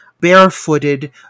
barefooted